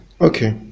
okay